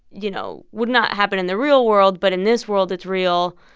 you know, would not happen in the real world. but in this world, it's real.